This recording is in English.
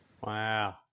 Wow